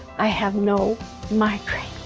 i have no migraines!